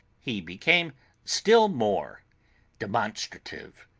he became still more demonstrative.